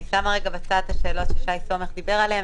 אני שמה רגע בצד את השאלות ששי סומך דיבר עליהן